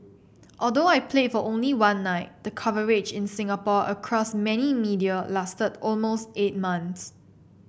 although I played for only one night the coverage in Singapore across many media lasted almost eight months